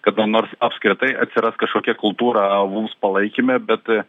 kada nors apskritai atsiras kažkokia kultūra vulfs palaikyme bet